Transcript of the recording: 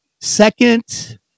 second